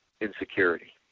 insecurity